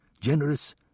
generous